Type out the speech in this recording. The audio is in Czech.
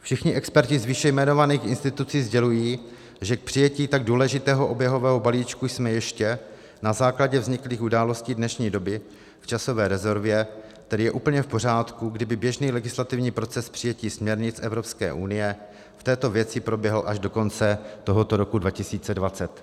Všichni experti z výše jmenovaných institucí sdělují, že k přijetí tak důležitého oběhového balíčku jsme ještě na základě vzniklých událostí dnešní doby v časové rezervě, který je úplně v pořádku, kdyby běžný legislativní proces přijetí směrnic Evropské unie v této věci proběhl až do konce tohoto roku 2020.